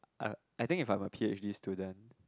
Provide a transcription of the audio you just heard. uh I think if I were a P_H_D student